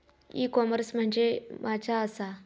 E commerce म्हणजे मझ्या आसा?